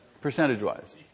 Percentage-wise